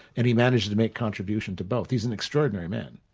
and he managed to to make contribution to both. he's an extraordinary man.